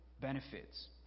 benefits